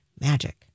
magic